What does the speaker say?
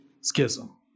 schism